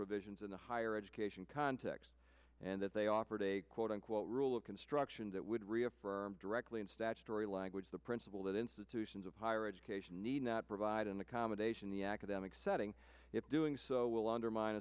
provisions in the higher education context and that they offered a quote unquote rule of construction that would reaffirm directly in statutory language the principle that institutions of higher education need not provide an accommodation the academic setting if doing so will undermine